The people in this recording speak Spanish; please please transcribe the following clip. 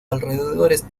alrededores